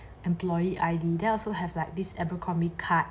employee I_D then I also have like this abercrombie card